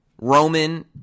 Roman